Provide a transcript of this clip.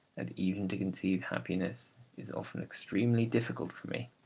and even to conceive happiness is often extremely difficult for me.